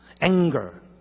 anger